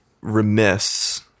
remiss